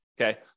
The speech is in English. okay